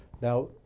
Now